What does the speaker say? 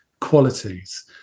qualities